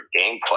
gameplay